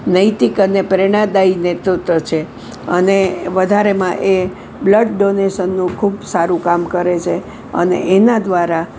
નૈતિક અને પ્રેરણાદાયી નેતૃત્વ છે અને વધારેમાં એ બ્લડ ડોનેશનનું ખૂબ સારું કામ કરે છે અને એના દ્વારા